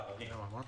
עררים.